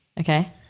Okay